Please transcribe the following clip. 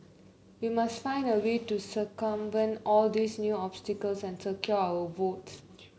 we must find a way to circumvent all these new obstacles and secure our votes